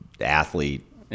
athlete